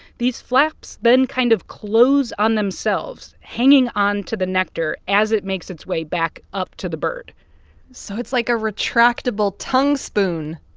these flaps then kind of close on themselves, hanging onto the nectar as it makes its way back up to the bird so it's like a retractable tongue spoon